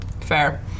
Fair